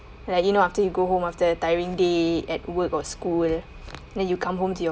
like you know after you go home after a tiring day at work or school uh then you come home to your